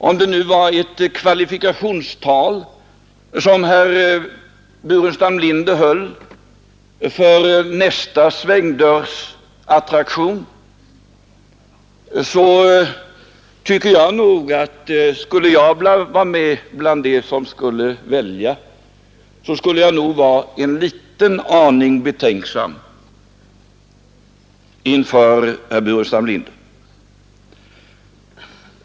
Om det nu var ett kvalifikationstal som herr Burenstam Linder höll för nästa svängdörrsattraktion, skulle jag nog, om jag var med bland dem som skulle välja, vara en liten aning betänksam inför herr Burenstam Linder.